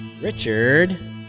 Richard